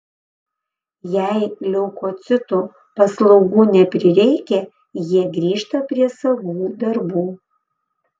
jei leukocitų paslaugų neprireikia jie grįžta prie savų darbų